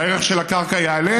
והערך של הקרקע יעלה,